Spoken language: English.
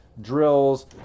drills